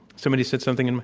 somebody said something in